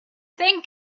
think